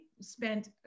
spent